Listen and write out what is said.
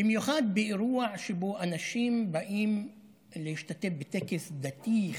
במיוחד באירוע שבו אנשים באים להשתתף בטקס דתי,